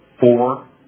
four